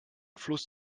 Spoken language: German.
fluss